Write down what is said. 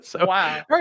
wow